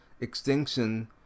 extinction